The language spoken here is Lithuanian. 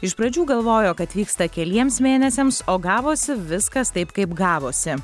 iš pradžių galvojo kad vyksta keliems mėnesiams o gavosi viskas taip kaip gavosi